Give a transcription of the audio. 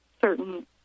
certain